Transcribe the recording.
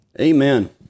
Amen